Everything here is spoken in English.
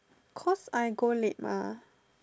cause I go late mah